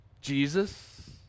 Jesus